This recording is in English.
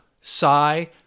sigh